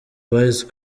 boys